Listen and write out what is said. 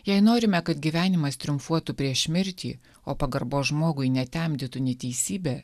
jei norime kad gyvenimas triumfuotų prieš mirtį o pagarbos žmogui netemdytų neteisybė